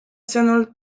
sõnul